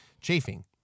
chafing